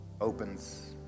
opens